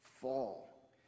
fall